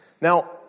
Now